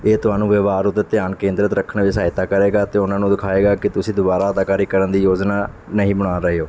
ਇਹ ਤੁਹਾਨੂੰ ਵਿਵਹਾਰ ਉੱਤੇ ਧਿਆਨ ਕੇਂਦਰਿਤ ਰੱਖਣ ਵਿੱਚ ਸਹਾਇਤਾ ਕਰੇਗਾ ਅਤੇ ਉਨ੍ਹਾਂ ਨੂੰ ਦਿਖਾਏਗਾ ਕਿ ਤੁਸੀਂ ਦੁਬਾਰਾ ਅਦਾਕਾਰੀ ਕਰਨ ਦੀ ਯੋਜਨਾ ਨਹੀਂ ਬਣਾ ਰਹੇ ਹੋ